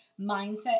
mindset